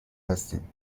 هستیم